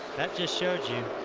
that just shows you.